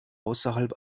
außerhalb